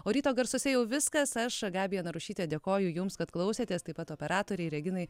o ryto garsuose jau viskas aš gabija narušytė dėkoju jums kad klausėtės taip pat operatorei reginai